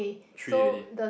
three already